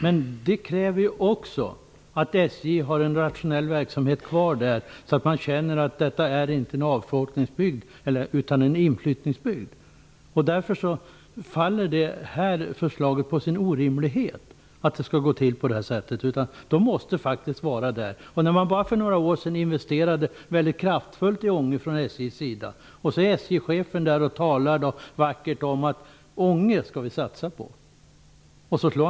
Men det kräver också att SJ har en rationell verksamhet kvar där, så att man känner att det inte är en avfolkningsbygd utan en inflyttningsbygd. Därför faller det här förslaget på sin orimlighet. Det kan inte gå till på detta sätt. SJ måste faktiskt finnas där. Från SJ:s sida investerade man för bara några år sedan väldigt kraftfullt i Ånge. SJ-chefen var där och talade vackert om att man skulle satsa på Ånge.